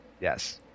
yes